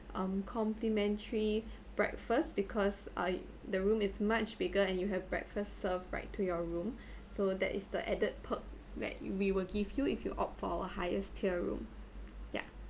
um complimentary breakfast because uh the room is much bigger and you have breakfast serve right to your room so that is the added perks that we will give you if you opt for our highest tier room ya